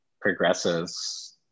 progresses